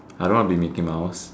I don't want to be Mickey Mouse